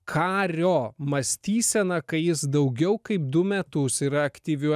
kario mąstysena kai jis daugiau kaip du metus yra aktyvių